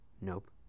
Nope